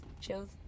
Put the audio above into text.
chills